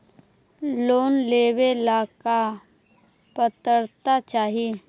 Loan लेवेला का पात्रता चाही?